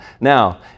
Now